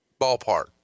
Ballpark